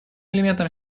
элементом